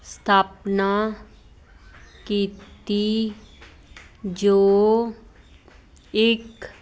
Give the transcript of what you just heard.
ਸਥਾਪਨਾ ਕੀਤੀ ਜੋ ਇੱਕ